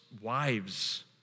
wives